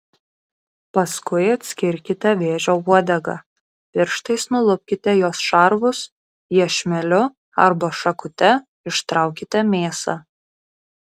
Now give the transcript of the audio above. paskui atskirkite vėžio uodegą pirštais nulupkite jos šarvus iešmeliu arba šakute ištraukite mėsą